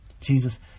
Jesus